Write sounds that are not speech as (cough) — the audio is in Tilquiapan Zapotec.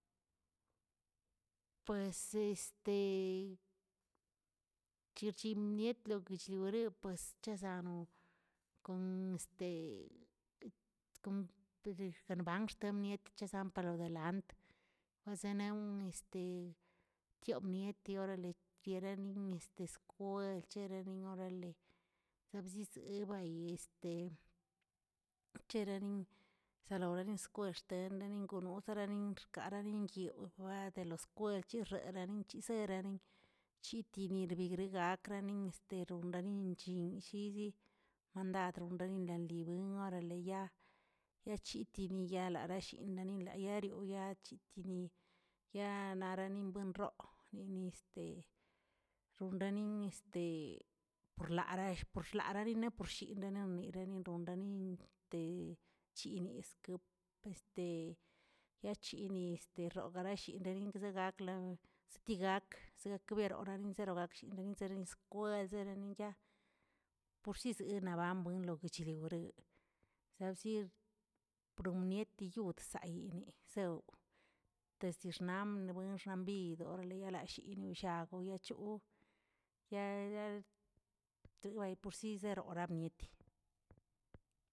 Pues este chirchimiet loguechgorew pues chasano, kon este (hesitation) (unintelligible) galbanxt niet chesalpan lodelant, wazenon este tiop niet orale pierenin este skwel chereni orale, chabziꞌzi ebayi, (hesitation) cherani salawnani xkwel xtenanganin gonosnalin xkarani yoobda de lo skwel cherrarani chiserani, chitinibigregraꞌkranin steroꞌn ranin chin yizi, rmandad ronrennali lin orale ya- yachitini yaranshinnili liaroyaa yitini, yaa yaranani buen roo nini este ronrani (hesitation) purlare purshlaraneꞌ porshinnalinaꞌ porshinnari ronrani te chiniskep, este yachini este rongari shingani rogazi sglagakə skigakeə skabekrorani zero gashini zerinzerin skwel zereni yaa, porsisgueni banagwin loguchigureꞌe, sab sir promietiyod sayini sew desd diixnam na'buen xanbid oarle yashi nushagoꞌ yachoꞌo, yae- yae deporsi seroramieti.